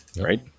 right